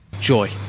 Joy